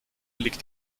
liegt